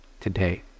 today